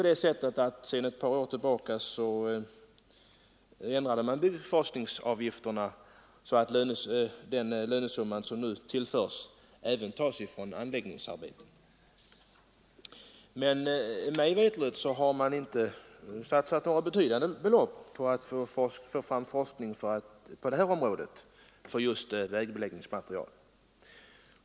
För ett par år sedan ändrades byggforskningsavgifterna så att den lönesumma som tillföres byggforskningen även tas från anläggningsarbeten, men mig veterligt har man inte satsat några betydande belopp för att få till stånd forskning beträffande just vägbeläggningsmaterial.